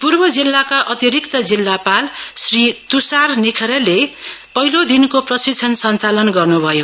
पूर्व जिल्लाका अतिरिक्त जिल्लापाल श्री तुषार निसरेले पहिलो दिनको प्रशिक्षण सञ्चालन गर्नु भयो